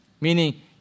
meaning